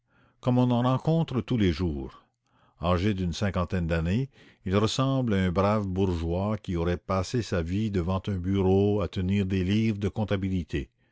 comme on en rencontre tous les jours âgé d'une cinquantaine d'années il ressemble à un brave bourgeois qui aurait passé sa vie devant un bureau à tenir des livres de comptabilité